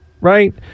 right